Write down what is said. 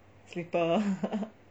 slipper